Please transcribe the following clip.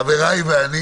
חבריי ואני